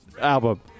album